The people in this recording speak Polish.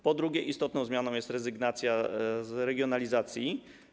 Po drugie, istotną zmianą jest rezygnacja z regionalizacji.